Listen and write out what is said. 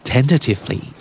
Tentatively